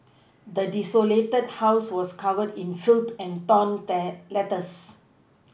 the desolated house was covered in filth and torn letters